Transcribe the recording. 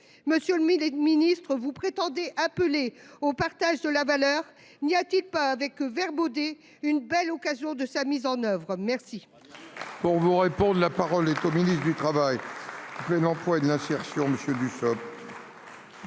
Mais les 2 ministres vous prétendez appeler au partage de la valeur. Il n'y a-t-il pas avec eux vers bouder une belle occasion de sa mise en oeuvre. Merci. Pour vous répondre. La parole est ministre du travail.